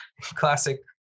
classic